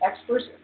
experts